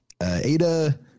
Ada